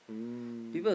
mm